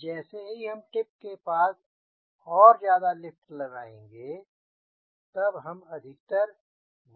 जैसे ही हम टिप के पास और ज्यादा लिफ्ट लगायेंगे तब हम अधिकतर